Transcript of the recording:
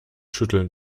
schütteln